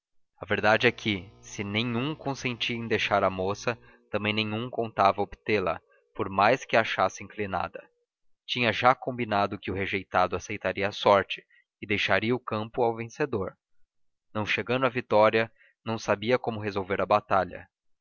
a verdade é que se nenhum consentia em deixar a moça também nenhum contava obtê-la por mais que a achassem inclinada tinham já combinado que o rejeitado aceitaria a sorte e deixaria o campo ao vencedor não chegando a vitória não sabiam como resolver a batalha